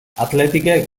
athleticek